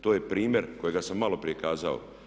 To je primjer kojega sam maloprije kazao.